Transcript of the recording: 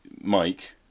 Mike